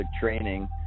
training